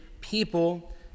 people